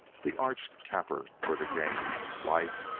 the arch-capper for the game life,